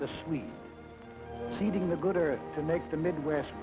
the sweet feeding the good earth to make the midwest